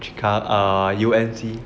chicago err U and C